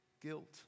guilt